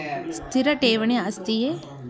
ಸ್ಥಿರ ಠೇವಣಿ ಆಸ್ತಿಯೇ?